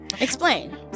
explain